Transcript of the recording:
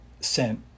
sent